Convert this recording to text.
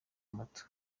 mato